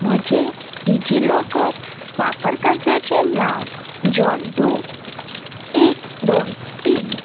म्हजें डिजिलॉकर वापरकर्त्याचें नांव जॉंडो एक दोन तीन